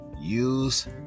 use